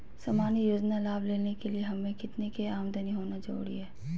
सामान्य योजना लाभ लेने के लिए हमें कितना के आमदनी होना जरूरी है?